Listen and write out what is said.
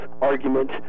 argument